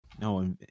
No